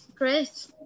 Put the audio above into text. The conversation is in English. Great